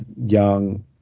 young